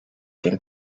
can